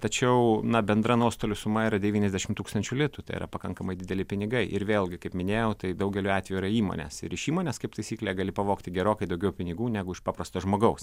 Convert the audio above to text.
tačiau na bendra nuostolių suma yra devyniasdešim tūkstančių litų tai yra pakankamai dideli pinigai ir vėlgi kaip minėjau tai daugeliu atvejų yra įmonės ir iš įmonės kaip taisyklė gali pavogti gerokai daugiau pinigų negu iš paprasto žmogaus